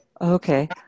Okay